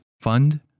fund